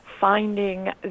finding